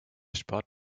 sport